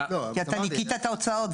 כי אתה ניכית את ההוצאות,